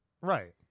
Right